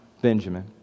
Benjamin